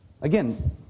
Again